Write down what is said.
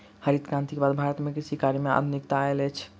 हरित क्रांति के बाद भारत में कृषि कार्य में आधुनिकता आयल अछि